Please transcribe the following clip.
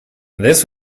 this